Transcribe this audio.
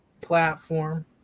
platform